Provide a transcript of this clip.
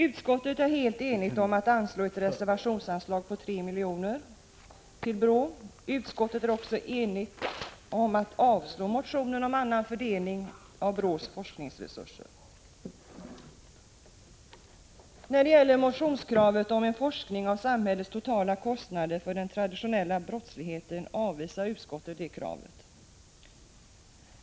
Utskottet är helt enigt om att anslå ett reservationsanslag på 3 miljoner till BRÅ. Utskottet är också enigt om att avstyrka motionen om en annan fördelning av BRÅ:s forskningsresurser. Motionskravet på forskning om samhällets totala kostnader för den traditionella brottsligheten avvisar utskottet.